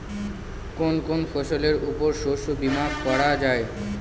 কোন কোন ফসলের উপর শস্য বীমা করা যায়?